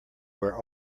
where